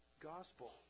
gospel